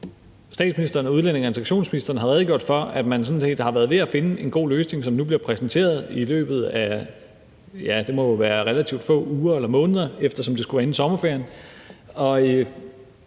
statsministeren og udlændinge- og integrationsministeren har redegjort for, at man sådan set har været ved at finde en god løsning, som nu bliver præsenteret i løbet af, det må være relativt få uger eller måneder, eftersom det skulle være inden sommerferien. Og